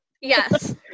yes